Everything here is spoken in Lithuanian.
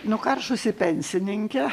nukaršusi pensininkė